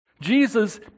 Jesus